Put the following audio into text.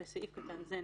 בסעיף קטן זה,